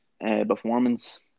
performance